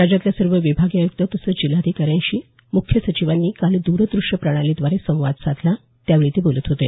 राज्यातल्या सर्व विभागीय आयुक्त तसंच जिल्हाधिकाऱ्यांशी मुख्य सचिवानी काल द्रद्रष्यप्रणालीद्वारे संवाद साधला त्यावेळी ते बोलत होते